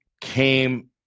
came